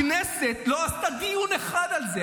הכנסת לא עשתה דיון אחד על זה,